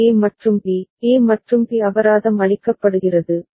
க்கு ஏ மற்றும் B A மற்றும் பி அபராதம் அளிக்கப்படுகிறது